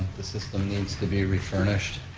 the system needs to be refurnished.